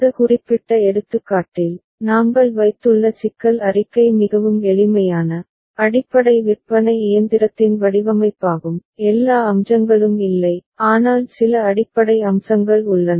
இந்த குறிப்பிட்ட எடுத்துக்காட்டில் நாங்கள் வைத்துள்ள சிக்கல் அறிக்கை மிகவும் எளிமையான அடிப்படை விற்பனை இயந்திரத்தின் வடிவமைப்பாகும் எல்லா அம்சங்களும் இல்லை ஆனால் சில அடிப்படை அம்சங்கள் உள்ளன